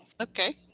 Okay